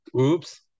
Oops